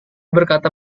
berkata